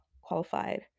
qualified